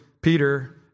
Peter